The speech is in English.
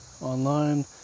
online